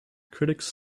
critics